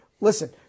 listen